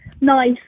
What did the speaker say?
nice